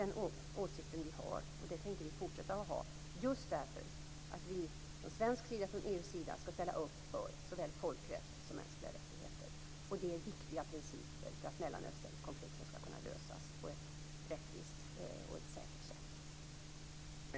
Det är viktigt att man genom den typen av verksamhet bygger upp ett demokratiskt samhälle också på den palestinska sidan och stöder MR-rörelser på båda håll. Jag hoppas verkligen att det är en verksamhet som också ligger i Sveriges anda.